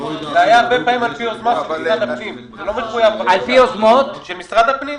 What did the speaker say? הרבה פעמים זה היה על פי יוזמות של משרד הפנים.